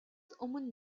өмнө